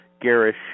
garish